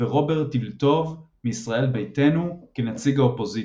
ורוברט אילטוב מישראל ביתנו כנציג האופוזיציה.